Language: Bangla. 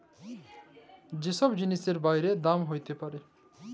যে ছব জিলিসের বাইড়ে দাম হ্যইতে পারে